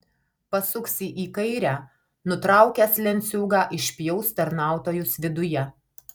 pasuksi į kairę nutraukęs lenciūgą išpjaus tarnautojus viduje